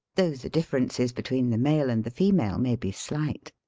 though the differences between the male and the female may be slight.